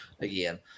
again